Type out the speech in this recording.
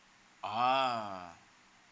ah